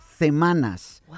semanas